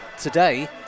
today